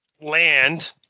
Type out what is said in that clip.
land